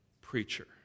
preacher